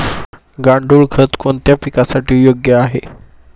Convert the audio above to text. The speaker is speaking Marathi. गांडूळ खत कोणत्या पिकासाठी योग्य आहे?